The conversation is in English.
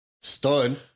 Stunned